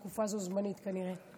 כל התקופה הזו זמנית כנראה.